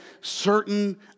certain